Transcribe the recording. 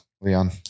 Leon